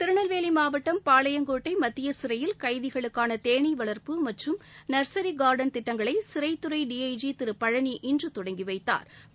திருநெல்வேலி மாவட்டம் பாளையங்கோட்டை மத்திய சிறையில் கைதிகளுக்கான தேனீ வளர்ப்பு மற்றும் நர்சரி காா்டன் திட்டங்களை சிறைத்துறை டி ஐ ஜி திரு பழனி இன்று தொடங்கி வைத்தாா்